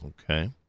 Okay